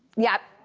yap.